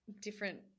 different